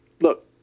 look